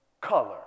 Color